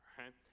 right